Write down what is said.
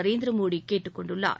நரேந்திர மோடி கேட்டுக் கொண்டுள்ளார்